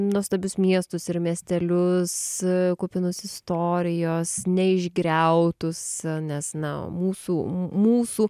nuostabius miestus ir miestelius kupinus istorijos ne išgriautus nes na mūsų mūsų